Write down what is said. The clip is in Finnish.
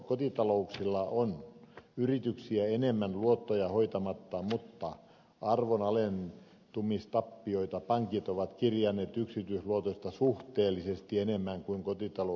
kotitalouksilla on yrityksiä enemmän luottoja hoitamatta mutta arvonalentumistappioita pankit ovat kirjanneet yksityisluotoista suhteellisesti enemmän kuin kotitalousluotoista